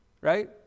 Right